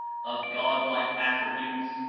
of god-like attributes,